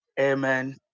Amen